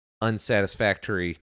unsatisfactory